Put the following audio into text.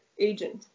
agent